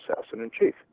assassin-in-chief